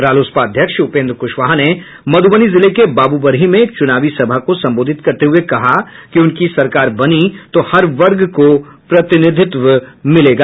रालोसपा अध्यक्ष उपेन्द्र कुशवाहा ने मध्रबनी जिले के बाब्रबरही में एक चुनावी सभा को संबोधित करते हुये कहा कि उनकी सरकार बनी तो हर वर्ग को प्रतिनिधित्व मिलेगा